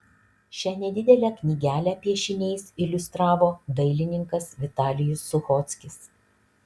šią nedidelę knygelę piešiniais iliustravo dailininkas vitalijus suchockis